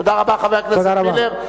תודה רבה, חבר הכנסת מילר.